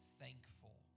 thankful